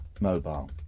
mobile